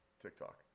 TikTok